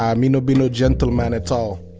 um me no be no gentle man at all